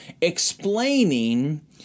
explaining